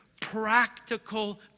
practical